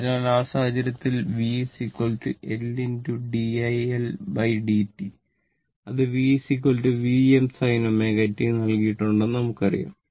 അതിനാൽ ആ സാഹചര്യത്തിൽ V L d iLdt അത് V Vm sin ω t നൽകിയിട്ടുണ്ടെന്ന് നമുക്കറിയാം